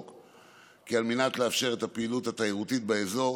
כי על מנת לאפשר את הפעילות התיירותית באזור